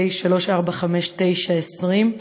פ/3459/20,